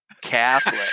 Catholic